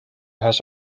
has